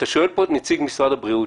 שאלנו פה את נציג משרד הבריאות: